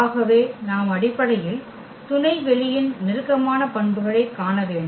ஆகவே நாம் அடிப்படையில் துணைவெளியின் நெருக்கமான பண்புகளைக் காண வேண்டும்